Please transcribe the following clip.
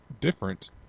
different